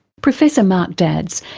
professor mark dadds,